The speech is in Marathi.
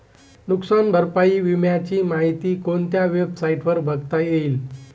नुकसान भरपाई विम्याची माहिती कोणत्या वेबसाईटवर बघता येईल?